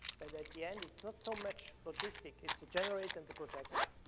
but at the end it's not so much logistic, it's a generator and the projector.